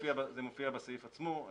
זה מופיע בסעיף עצמו,